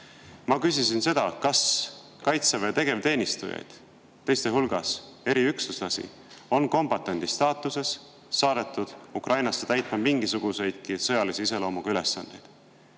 Ma küsisin seda, kas Kaitseväe tegevteenistujaid, teiste hulgas eriüksuslasi, on kombatandi staatuses saadetud Ukrainasse täitma mingisuguseid sõjalise iseloomuga ülesandeid.